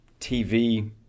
TV